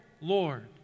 Lord